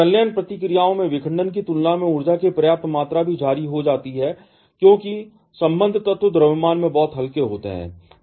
संलयन प्रतिक्रियाओं में विखंडन की तुलना में ऊर्जा की पर्याप्त मात्रा भी जारी की जाती है क्योंकि संबद्ध तत्व द्रव्यमान में बहुत हल्के होते हैं